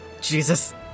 Jesus